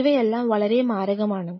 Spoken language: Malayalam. ഇവയെല്ലാം വളരെ മാരകമാണ്